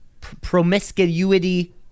promiscuity